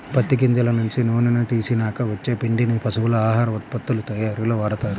పత్తి గింజల నుంచి నూనెని తీసినాక వచ్చే పిండిని పశువుల ఆహార ఉత్పత్తుల తయ్యారీలో వాడతారు